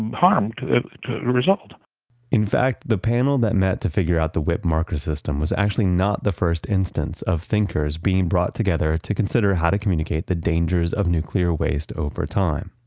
and harm to to resolve in fact, the panel that met to figure out the wipp marker system was actually not the first instance of thinkers being brought together to consider how to communicate the dangers of nuclear waste over time.